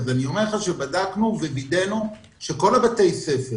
אני אומר לך שבדקנו ווידאנו, שכל בתי הספר